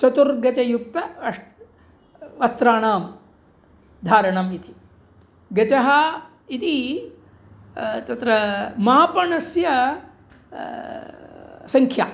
चतुर्गजयुक्त अष्ट अ वस्त्राणां धारणम् इति गजः इति तत्र मापणस्य सङ्ख्या